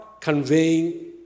conveying